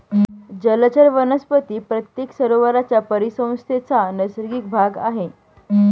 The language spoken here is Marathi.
जलचर वनस्पती प्रत्येक सरोवराच्या परिसंस्थेचा नैसर्गिक भाग आहेत